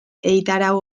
egitarau